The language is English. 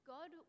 God